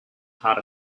heart